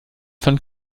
von